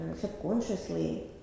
subconsciously